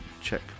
check